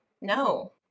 no